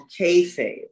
kayfabe